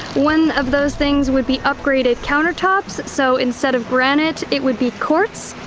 one of those things would be upgraded countertops so instead of granite it would be quartz.